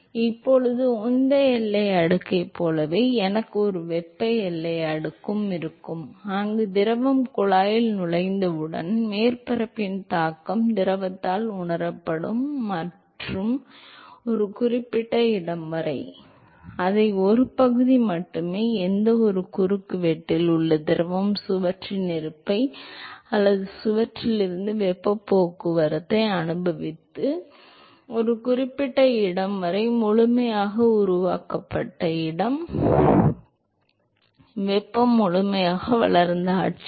எனவே இப்போது உந்த எல்லை அடுக்கைப் போலவே எனக்கும் ஒரு வெப்ப எல்லை அடுக்கு இருக்கும் அங்கு திரவம் குழாயில் நுழைந்தவுடன் மேற்பரப்பின் தாக்கம் திரவத்தால் உணரப்படும் மற்றும் ஒரு குறிப்பிட்ட இடம் வரை அதன் ஒரு பகுதி மட்டுமே எந்தவொரு குறுக்குவெட்டில் உள்ள திரவம் சுவரின் இருப்பை அல்லது சுவரில் இருந்து வெப்பப் போக்குவரத்தை அனுபவித்து ஒரு குறிப்பிட்ட இடம் வரை மற்றும் முழுமையாக உருவாக்கப்பட்ட ஒரு இடம் வெப்ப முழுமையாக வளர்ந்த ஆட்சி